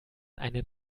einen